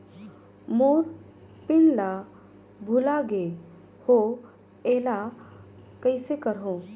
मोर pin ला भुला गे हो एला कइसे करो?